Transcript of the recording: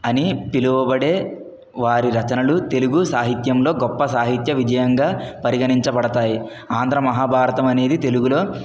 అని పిలవబడే వారి రచనలు తెలుగు సాహిత్యంలో గొప్ప సాహిత్య విజయంగా పరిగణించబడతాయి ఆంధ్ర మహాభారతం అనేది తెలుగులో